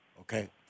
okay